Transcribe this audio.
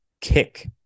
kick